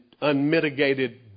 unmitigated